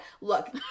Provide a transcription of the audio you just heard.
Look